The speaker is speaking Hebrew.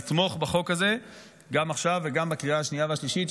לתמוך בחוק הזה גם עכשיו וגם בקריאה השנייה והשלישית,